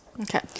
Okay